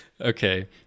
Okay